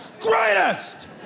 Greatest